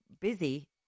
busy